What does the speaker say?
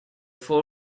four